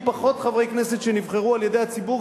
פחות חברי כנסת שנבחרו על-ידי הציבור,